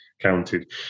counted